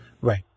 Right